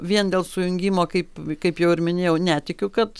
vien dėl sujungimo kaip kaip jau ir minėjau netikiu kad